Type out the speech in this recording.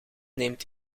neemt